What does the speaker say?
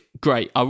great